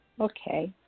Okay